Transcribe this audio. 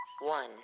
One